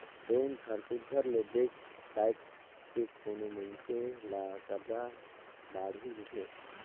bank हर सुग्घर ले देख ताएक के कोनो मइनसे ल करजा बाड़ही देथे